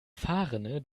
fahrrinne